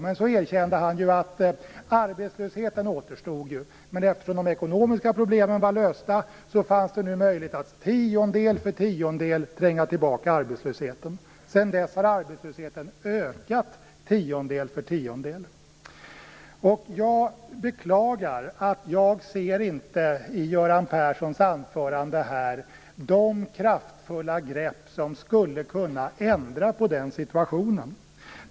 Han erkände att arbetslösheten ju återstod, men eftersom de ekonomiska problemen var lösta fanns det nu möjlighet att tiondel för tiondel tränga tillbaka arbetslösheten. Sedan dess har arbetslösheten ökat tiondel för tiondel. Jag beklagar att jag inte i Göran Perssons anförande ser de kraftfulla grepp som skulle kunna ändra på den situationen.